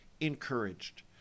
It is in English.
encouraged